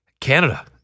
Canada